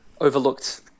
Overlooked